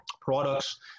products